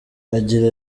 agira